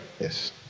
yes